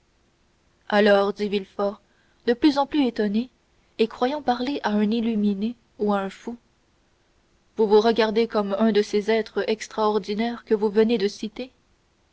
alors dit villefort de plus en plus étonné et croyant parler à un illuminé ou à un fou vous vous regardez comme un de ces êtres extraordinaires que vous venez de citer